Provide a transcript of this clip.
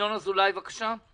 ינון אזולאי, בבקשה.